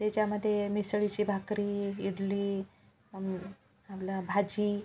त्याच्यामध्ये मिसळीची भाकरी इडली आपलं भाजी